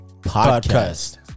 podcast